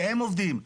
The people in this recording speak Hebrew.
שהם עובדים.